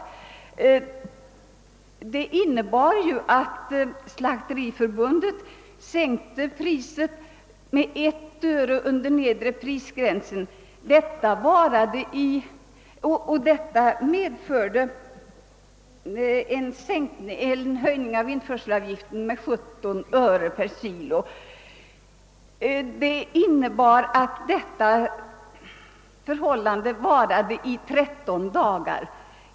Svängningen innebar ju att Slakteriförbundet sänkte priset med 1 öre under nedre prisgränsen, vilket i sin tur medförde en höjning av införselavgiften med 17 öre per kg. Detta förhållande varade i 13 dagar.